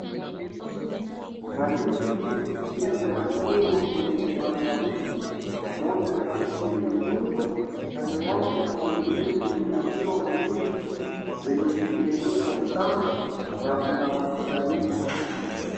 Mandizi kibichi yamehangiwa kwenye kibanda huu pamoja na kisu limedungwa, kando yake kuna vingine vimehangiwa mandizi zenye zimeiva sana na kuna matunda mingi sana.